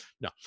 no